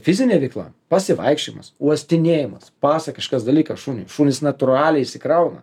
fizinė veikla pasivaikščiojimas uostinėjimas pasakiškas dalykas šuniui šunys natūraliai išsikrauna